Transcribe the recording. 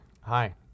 Hi